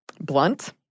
blunt